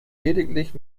lediglich